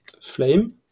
flame